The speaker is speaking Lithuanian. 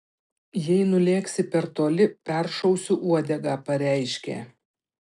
jei nulėksi per toli peršausiu uodegą pareiškė